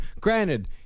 granted